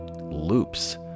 loops